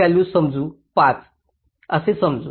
5 असे समजू